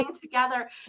together